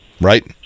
right